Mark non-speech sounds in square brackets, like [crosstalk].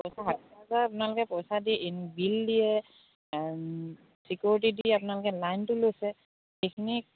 [unintelligible] আপোনালোকে পইচা দি বিল দিয়ে চিকিউৰিটি দি আপোনালোকে লাইনটো লৈছে সেইখিনি